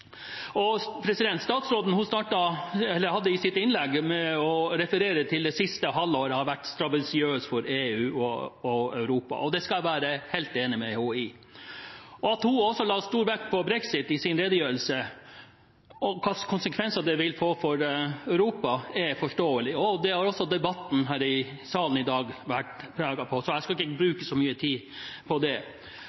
og Europa. Det er jeg helt enig med henne i. At hun også la stor vekt på brexit i sin redegjørelse og hvilke konsekvenser det vil få for Europa, er forståelig. Det har også debatten i salen i dag vært preget av, så jeg skal ikke